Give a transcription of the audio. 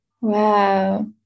wow